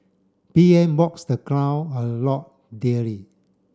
P M walks the ground a lot daily